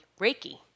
Reiki